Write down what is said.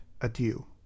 adieu